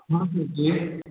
नाम कि छिए